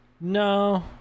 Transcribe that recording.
No